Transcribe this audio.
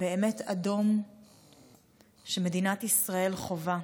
באמת אדום שמדינת ישראל חווה.